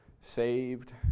saved